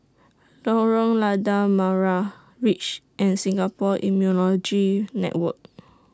Lorong Lada Merah REACH and Singapore Immunology Network